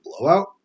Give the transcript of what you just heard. blowout